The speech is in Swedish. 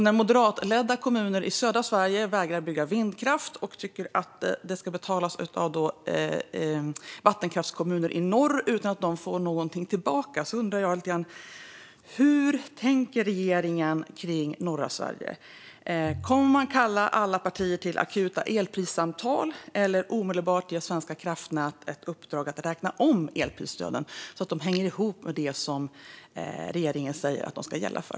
När moderatledda kommuner i södra Sverige vägrar att bygga vindkraft och tycker att det ska betalas av vattenkraftskommuner i norr, utan att de får någonting tillbaka, undrar jag: Hur tänker regeringen kring norra Sverige? Kommer man att kalla alla partier till akuta elprissamtal eller omedelbart ge Svenska kraftnät i uppdrag att räkna om elprisstöden så att de hänger ihop med det som regeringen säger att de ska gälla för?